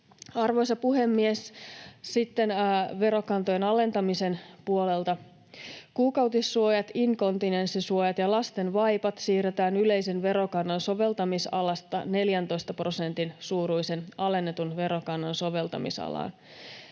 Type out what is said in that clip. Arvoisa puhemies! Sitten verokantojen alentamisen puolelta: Kuukautissuojat, inkontinenssisuojat ja lasten vaipat siirretään yleisen verokannan soveltamisalasta 14 prosentin suuruisen alennetun verokannan soveltamisalaan.